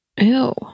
Ew